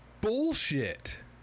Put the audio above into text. bullshit